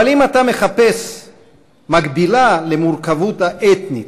אבל אם אתה מחפש מקבילה למורכבות האתנית,